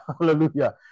Hallelujah